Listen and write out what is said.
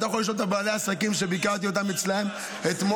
אתה יכול לשאול את בעלי העסקים שביקרתי אצלם אתמול.